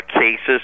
cases